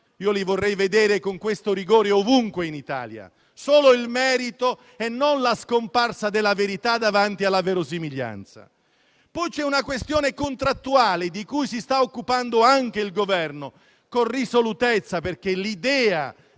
li vorrei vedere con questo rigore ovunque in Italia; solo il merito e non la scomparsa della verità davanti alla verosimiglianza. Poi c'è una questione contrattuale di cui si sta occupando anche il Governo con risolutezza, perché l'idea